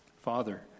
Father